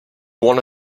wanna